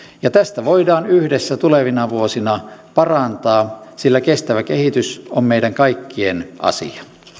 ja tästä voidaan yhdessä tulevina vuosina parantaa sillä kestävä kehitys on meidän kaikkien asia